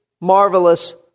marvelous